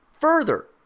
further